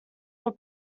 were